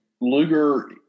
Luger